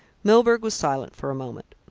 milburgh was silent for a moment.